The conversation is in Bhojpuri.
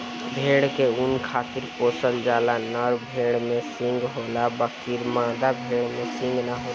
भेड़ के ऊँन खातिर पोसल जाला, नर भेड़ में सींग होला बकीर मादा भेड़ में सींग ना होला